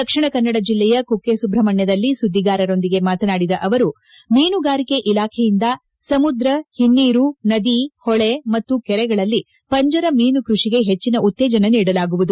ದಕ್ಷಿಣ ಕನ್ನಡ ಜಿಲ್ಲೆಯ ಕುಕ್ಕೆಸಬ್ರಹ್ಮಣ್ಯದಲ್ಲಿ ಸುದ್ದಿಗಾರರೊಂದಿಗೆ ಮಾತನಾಡಿದ ಅವರು ಮೀನುಗಾರಿಕೆ ಇಲಾಖೆಯಿಂದ ಸಮುದ್ರ ಹಿನ್ನೀರು ನದಿ ಹೊಳೆ ಮತ್ತು ಕೆರೆಗಳಲ್ಲಿ ಪಂಜರ ಮೀನು ಕೃಷಿಗೆ ಹೆಚ್ವಿನ ಉತ್ತೇಜನ ನೀಡಲಾಗುವುದು